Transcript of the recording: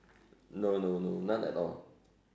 no no no none at all